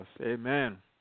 Amen